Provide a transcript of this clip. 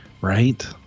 Right